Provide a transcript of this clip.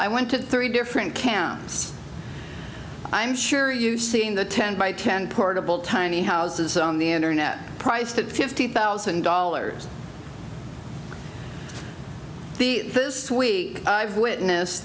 i went to three different camps i'm sure you've seen the ten by ten portable tiny houses on the internet priced at fifty thousand dollars the this week i've witnessed